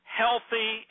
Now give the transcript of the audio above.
healthy